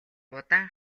удаан